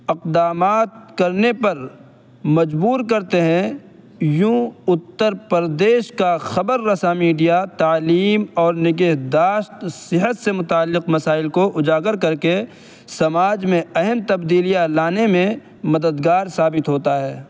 اقدامات کرنے پر مجبور کرتے ہیں یوں اتر پردیش کا خبر رساں میڈیا تعلیم اور نگہداشت صحت سے متعلق مسائل کو اجاگر کر کے سماج میں اہم تبدیلیاں لانے میں مددگار ثابت ہوتا ہے